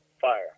fire